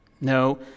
No